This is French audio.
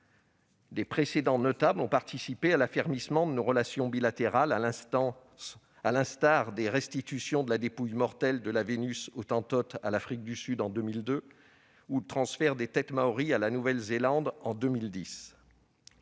Les précédents notables ont participé à l'affermissement de nos relations bilatérales, à l'instar des restitutions de la dépouille mortelle de la Vénus hottentote à l'Afrique du Sud en 2002 ou du transfert des têtes maories à la Nouvelle-Zélande en 2010.